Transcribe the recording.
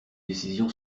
décision